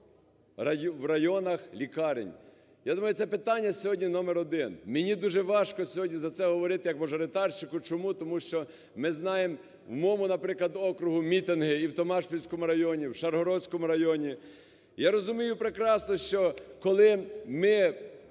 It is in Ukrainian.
в районах лікарень. Я думаю, це питання сьогодні номер 1. Мені дуже важко сьогодні за це говорити як мажоритарщику, чому? Тому що ми знаємо, у моєму, наприклад, окрузі мітинги і в Томашпільському районі, в Шаргородському районі. Я розумію прекрасно, що коли ми